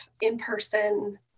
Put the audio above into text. in-person